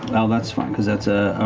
well that's fine, because that's